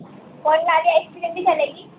कोन वाली ice cream भी चलेगी